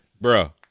Bro